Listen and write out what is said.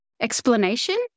explanation